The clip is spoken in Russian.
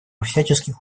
всяческих